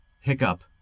hiccup